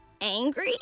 Angry